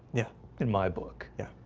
yeah in my book. yeah,